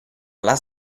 alla